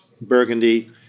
burgundy